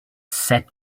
set